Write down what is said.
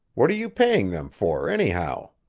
what are you paying them for, anyhow?